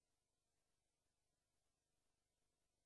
כוחות